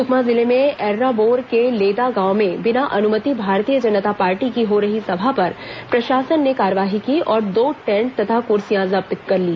सुकमा जिले में एर्राबोर के लेदा गांव में बिना अनुमति भारतीय जनता पार्टी की हो रही सभा पर प्रशासन ने कार्रवाई की और दो टेन्ट तथा कुर्सियां जब्त कर ली